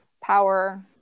power